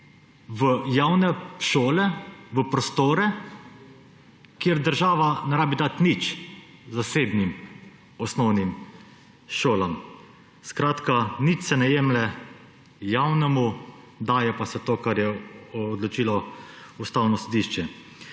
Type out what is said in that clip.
v javne šole, v prostore, kjer državi ni treba nič dati zasebnim osnovnim šolam. Skratka, nič se ne jemlje javnemu, daje pa se to, kar je odločilo Ustavno sodišče.